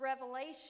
Revelation